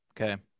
Okay